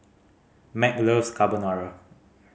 Mack loves Carbonara